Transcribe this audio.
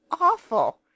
awful